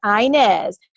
Inez